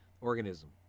organism